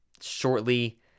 shortly